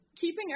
keeping